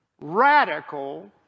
radical